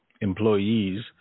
employees